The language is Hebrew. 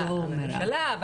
הממשלה.